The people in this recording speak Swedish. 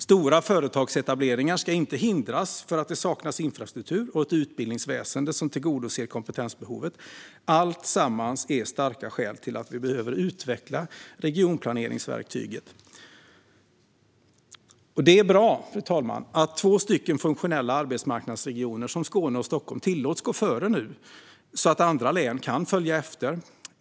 Stora företagsetableringar ska inte hindras för att det saknas infrastruktur och ett utbildningsväsen som tillgodoser kompetensbehovet. Alltsammans är starka skäl för att vi behöver utveckla regionplaneringsverktyget. Fru talman! Det är bra att de två funktionella arbetsmarknadsregionerna Skåne och Stockholm tillåts gå före så att andra län kan följa efter.